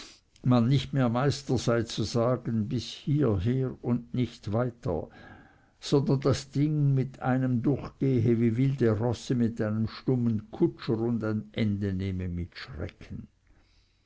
man nicht mehr meister sei zu sagen bis hierher und nicht weiter sondern das ding mit einem durchgehe wie wilde rosse mit einem sturmen kutscher und ein ende nehme mit schrecken